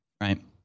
right